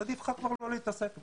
עדיף לך כבר לא לעסוק בזה.